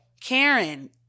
Karen